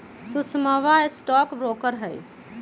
सुषमवा stock broker हई